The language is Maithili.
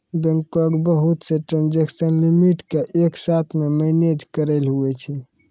बैंको के बहुत से ट्रांजेक्सन लिमिट के एक साथ मे मैनेज करैलै हुवै छै